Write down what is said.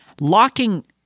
Locking